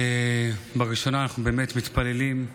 בראשונה, אנחנו באמת מתפללים,